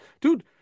Dude